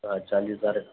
ہاں چالیس ہزار